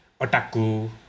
Otaku